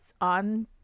on